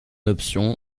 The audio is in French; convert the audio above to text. option